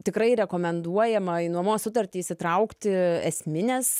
tikrai rekomenduojama į nuomos sutartį įsitraukti esmines